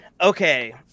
okay